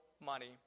money